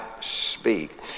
speak